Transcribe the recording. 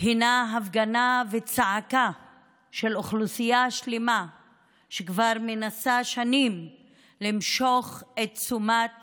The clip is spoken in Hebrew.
הפגנה וצעקה של אוכלוסייה שלמה שכבר מנסה שנים למשוך את תשומת